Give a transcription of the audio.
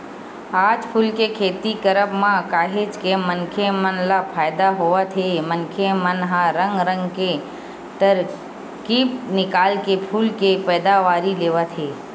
आज फूल के खेती करब म काहेच के मनखे मन ल फायदा होवत हे मनखे मन ह रंग रंग के तरकीब निकाल के फूल के पैदावारी लेवत हे